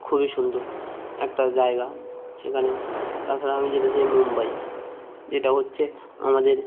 খুবই সুন্দর একটা জায়গা সেখানেও তাছাড়া আমি যেতে চাই মুম্বাই যেটা হচ্ছে আমাদের